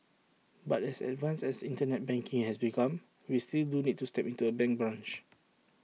but as advanced as Internet banking has become we still do need to step into A bank branch